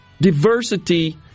diversity